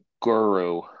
guru